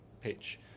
pitch